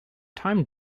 time